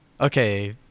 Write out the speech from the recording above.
Okay